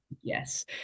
Yes